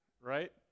right